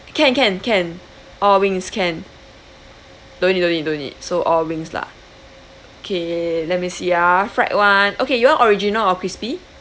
can can can all wings can don't need don't need don't need so all wings lah okay let me see ah fried one okay you want original or crispy